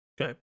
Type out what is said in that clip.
Okay